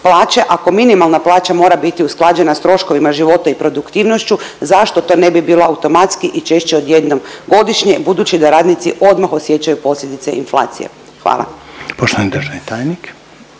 ako minimalna plaća mora biti usklađena s troškovima života i produktivnošću, zašto to ne bi bila automatski i češće od jednom godišnje, budući da radnici odmah osjećaju posljedice inflacije? Hvala.